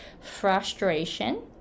frustration